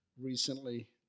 recently